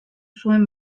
zuen